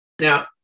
Now